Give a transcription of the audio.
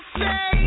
say